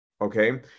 okay